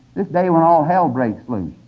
this day when all hell breaks loose